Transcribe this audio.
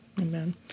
Amen